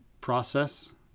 process